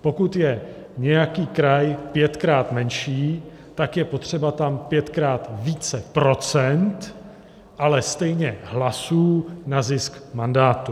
Pokud je nějaký kraj pětkrát menší, tak je potřeba tam pětkrát více procent, ale stejně hlasů na zisk mandátu.